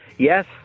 Yes